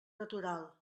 natural